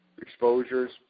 exposures